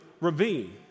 ravine